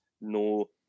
no